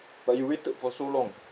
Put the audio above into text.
but you waited for so long